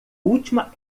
última